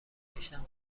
برگشتم